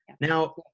Now